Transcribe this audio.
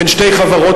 בין שתי חברות.